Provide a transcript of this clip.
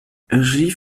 regie